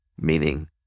Meaning